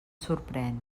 sorprèn